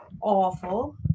awful